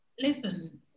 listen